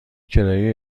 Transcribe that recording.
کرایه